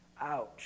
Ouch